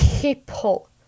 People